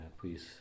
please